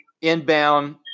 inbound